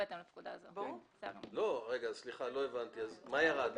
מה ירד?